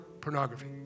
pornography